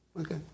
Okay